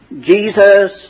Jesus